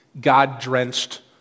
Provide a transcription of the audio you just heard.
God-drenched